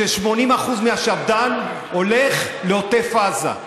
ש-80% מהשפד"ן הולך לעוטף עזה.